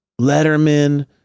Letterman